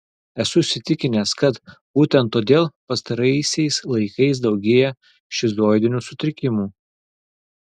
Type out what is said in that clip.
esu įsitikinęs kad būtent todėl pastaraisiais laikais daugėja šizoidinių sutrikimų